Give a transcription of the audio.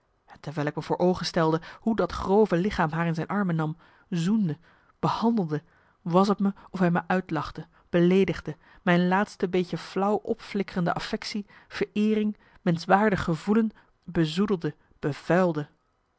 en terwijl ik me voor oogen stelde hoe dat grove lichaam haar in zijn armen nam zoende behandelde was t me of hij me uitlachte beleedigde mijn laatste beetje flauw opflikkerende affectie vereering menschwaardig gevoelen bezoedelde